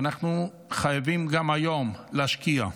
ואנחנו חייבים גם היום להשקיע,